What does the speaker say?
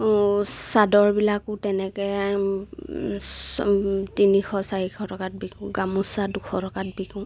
চাদৰবিলাকো তেনেকে তিনিশ চাৰিশ টকাত বিকোঁ গামোচা দুশ টকাত বিকোঁ